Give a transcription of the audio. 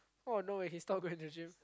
how I know if he stop going to the gym